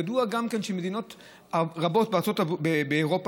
ידוע גם שמדינות רבות באירופה,